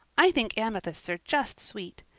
i think amethysts are just sweet.